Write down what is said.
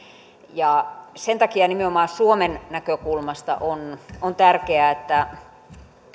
ja sen takia nimenomaan suomen näkökulmasta on on tärkeää että